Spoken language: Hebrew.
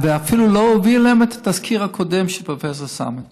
ואפילו לא הביאו להם את התזכיר הקודם של פרופ' סאמט.